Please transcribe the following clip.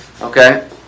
Okay